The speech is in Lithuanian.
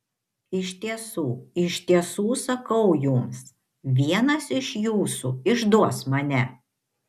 iš tiesų iš tiesų sakau jums vienas iš jūsų išduos mane